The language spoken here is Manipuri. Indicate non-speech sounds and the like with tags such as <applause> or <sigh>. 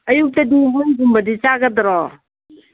ꯑꯌꯨꯛꯇꯗꯤ <unintelligible> ꯆꯥꯒꯗ꯭ꯔꯣ